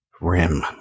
rim